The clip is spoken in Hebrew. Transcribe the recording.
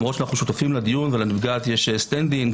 למרות שאנחנו שותפים לדיון ולנפגעת יש סטנדינג